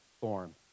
form